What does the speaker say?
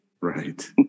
Right